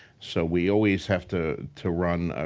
so, we always have to to run ah